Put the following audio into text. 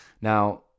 Now